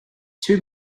two